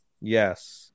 Yes